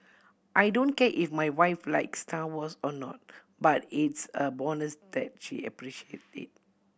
I don't care if my wife likes Star Wars or not but it's a bonus that she appreciates it